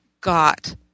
got